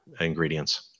ingredients